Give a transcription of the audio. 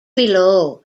below